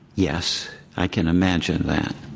yes, i can imagine that.